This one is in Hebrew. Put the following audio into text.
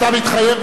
אתה מתחייב,